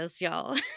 y'all